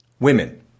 Women